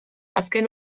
azken